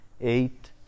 eight